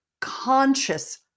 conscious